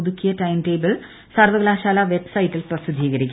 പുതുക്കിയ ടൈംടേബിൾ സർവകലാശാല വൈബ്സൈറ്റിൽ പ്രസിദ്ധീകരിക്കും